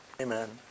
Amen